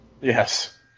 Yes